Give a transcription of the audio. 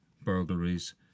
burglaries